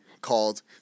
called